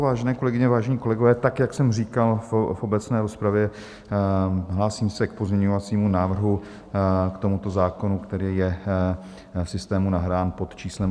Vážené kolegyně, vážení kolegové, tak jak jsem říkal v obecné rozpravě, hlásím se k pozměňovacímu návrhu k tomuto zákonu, který je v systému nahrán pod číslem 8313.